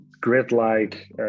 grid-like